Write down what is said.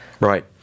Right